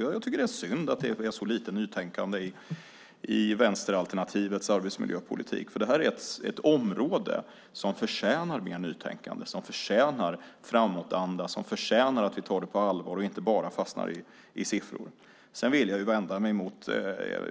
Jag tycker att det är synd att det är så lite nytänkande i vänsteralternativets arbetsmiljöpolitik, för det här är ett område som förtjänar mer nytänkande, som förtjänar framåtanda och som förtjänar att vi tar det på allvar och inte bara fastnar i siffror. Sedan vill jag vända mig mot